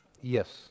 Yes